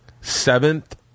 seventh